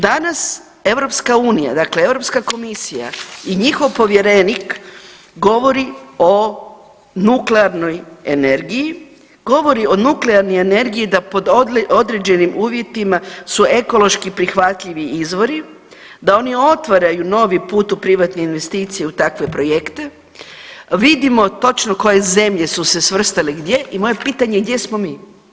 Danas EU, dakle Europska komisija i njihov povjerenik govori o nuklearnoj energiji, govori o nuklearnoj energiji da pod određenim uvjetima su ekološko prihvatljivi izvori, da oni otvaraju novi put u privatne investicije u takve projekte, vidimo točno koje zemlje su se svrstale gdje i moje je pitanje gdje smo mi?